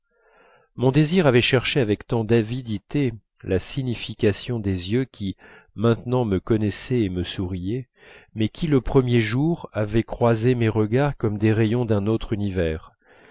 mon désir avait cherché avec tant d'avidité la signification des yeux qui maintenant me connaissaient et me souriaient mais qui le premier jour avaient croisé mes regards comme des rayons d'un autre univers